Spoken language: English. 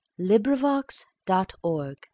LibriVox.org